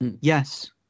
Yes